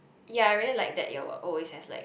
ya I really like that you're always has like